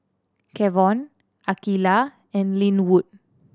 Kavon Akeelah and Lynwood